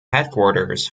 headquarters